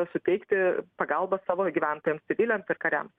suteikti pagalbą savo gyventojams civiliams ir kariams